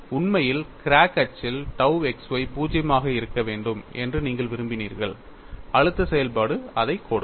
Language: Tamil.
உண்மையில் கிராக் அச்சில் tau x y 0 ஆக இருக்க வேண்டும் என்று நீங்கள் விரும்பினீர்கள் அழுத்த செயல்பாடு அதைக் கொடுக்கும்